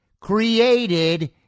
created